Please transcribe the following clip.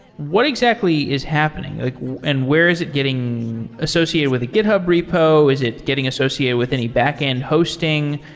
what exactly is happening and where is it getting associated with the github repo? is it getting associated with any backend hosting?